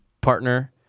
partner